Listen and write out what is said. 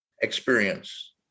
experience